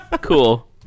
cool